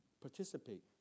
participate